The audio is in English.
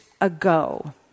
ago